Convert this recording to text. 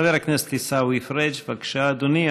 חבר הכנסת עיסאווי פריג', בבקשה, אדוני.